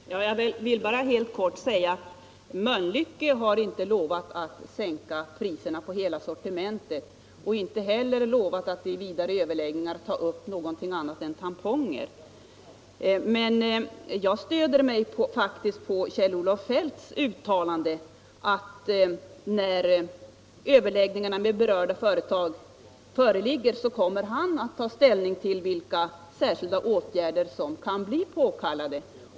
Herr talman! Jag vill bara helt kort säga att Mölnlycke inte har lovat att sänka priserna på hela sortimentet och inte heller har lovat att i vidare överläggningar ta upp någonting annat än tamponger. Men jag stöder mig faktiskt på Kjell-Olof Feldts uttalande att när resultatet av överläggningarna med berörda företag föreligger, så kommer han att ta ställning till vilka särskilda åtgärder som kan bli påkallade.